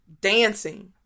Dancing